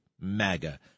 MAGA